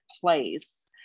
place